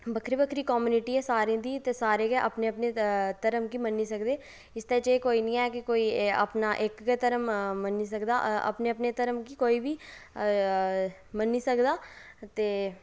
बक्खरी बक्खरी कम्युनिटी ऐ सारें दी ते सारे अपने अपने धर्म गी मन्नी सकदे इसदे च कोई नीं ऐ अपना इक गै धर्म मन्नी सकदा अपने अपने धर्म गी कोई बी मन्नी सकदा ते